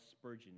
Spurgeon